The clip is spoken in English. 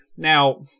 Now